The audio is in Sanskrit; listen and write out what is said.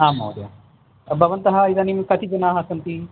आं महोदय भवन्तः इदानीं कति जनाः सन्ति